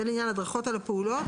זה לעניין ההדרכות על הפעולות.